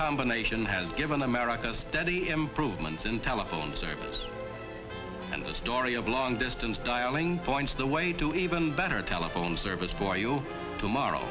combination has given america steady improvements in telephone service and the story of long distance dialing points the way to even better telephone service for you tomorrow